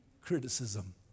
criticism